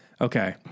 Okay